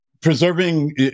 preserving